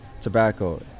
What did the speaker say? tobacco